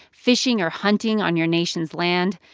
fishing or hunting on your nation's land.